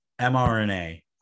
mRNA